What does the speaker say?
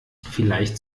vielleicht